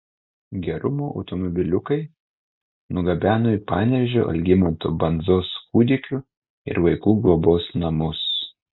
gerumo automobiliukai nugabeno į panevėžio algimanto bandzos kūdikių ir vaikų globos namus